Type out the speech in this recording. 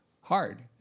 hard